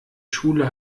schule